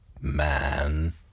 Man